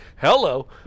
Hello